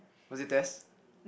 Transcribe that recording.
was it Des